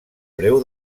breu